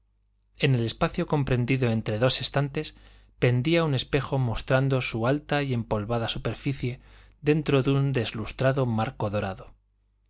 en el espacio comprendido entre dos estantes pendía un espejo mostrando su alta y empolvada superficie dentro de un deslustrado marco dorado